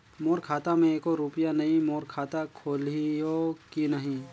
मोर खाता मे एको रुपिया नइ, मोर खाता खोलिहो की नहीं?